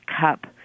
cup